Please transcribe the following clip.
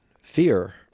fear